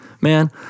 man